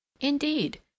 Indeed